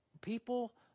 People